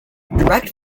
direct